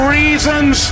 reasons